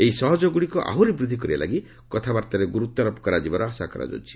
ଏହି ସହଯୋଗଗୁଡ଼ିକୁ ଆହୁରି ବୃଦ୍ଧି କରିବାଲାଗି କଥାବାର୍ତ୍ତାରେ ଗୁରୁତ୍ୱାରୋପ କରାଯିବାର ଆଶା କରାଯାଉଛି